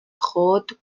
خود